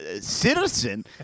citizen